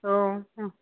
औ